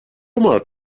مارک